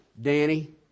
Danny